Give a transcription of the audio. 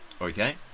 Okay